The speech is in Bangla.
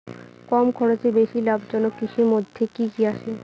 কম খরচে বেশি লাভজনক কৃষির মইধ্যে কি কি আসে?